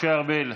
משה ארבל,